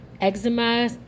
eczema